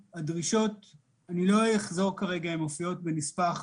אני לא אחזור כרגע, הדרישות מופיעות בנספח